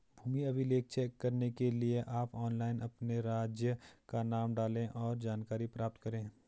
भूमि अभिलेख चेक करने के लिए आप ऑनलाइन अपने राज्य का नाम डालें, और जानकारी प्राप्त करे